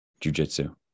jujitsu